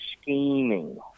scheming